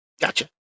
Gotcha